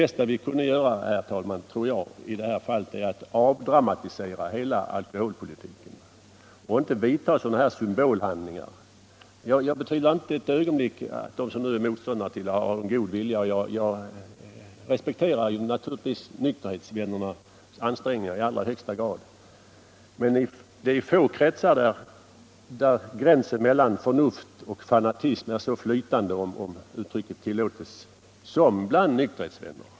Bäst vore, tror jag, om vi avdramatiserade hela alkoholpolitiken och slutade med sådana här symbolhandlingar. Jag tvivlar inte ett ögonblick på att de som är motståndare har god vilja, och naturligtvis respekterar jag nykterhetsvännernas ansträngningar i allra högsta grad. Men det är få kretsar där gränsen mellan förnuft och fanatism är så flytande — om uttrycket tillåtes — som bland nykterhetsvännerna.